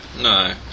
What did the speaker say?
No